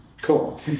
Cool